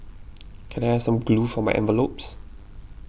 can I have some glue for my envelopes